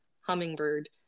hummingbird